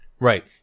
Right